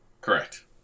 Correct